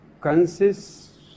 consists